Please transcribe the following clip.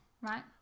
Right